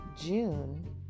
June